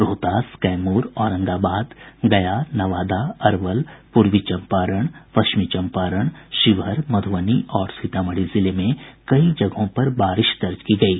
रोहतास कैमूर औरंगाबाद गया नवादा अरवल पूर्वी चम्पारण पश्चिमी चम्पारण शिवहर मध्बनी और सीतामढ़ी जिले में कई जगहों पर बारिश दर्ज की गयी